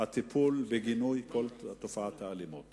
הטיפול בגינוי כל תופעת האלימות.